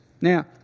Now